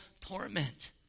torment